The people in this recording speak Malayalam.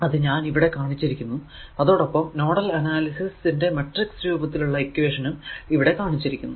അത് ഞാൻ ഇവിടെ കാണിച്ചിരിക്കുന്നു അതോടൊപ്പം നോഡൽ അനാലിസിസ് ന്റെ മാട്രിക്സ് രൂപത്തിലുള്ള ഇക്വേഷനും ഇവിടെ കാണിച്ചിരിക്കുന്നു